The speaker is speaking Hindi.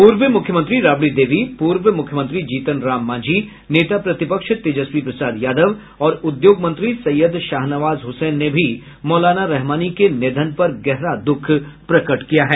पूर्व मुख्यमंत्री राबड़ी देवी पूर्व मुख्यमंत्री जीतन राम मांझी नेता प्रतिपक्ष तेजस्वी यादव और उद्योग मंत्री सैयद शाहनवाज हुसैन ने भी मौलाना रहमानी के निधन पर गहरा दुख प्रकट किया है